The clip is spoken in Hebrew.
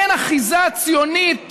אין אחיזה ציונית,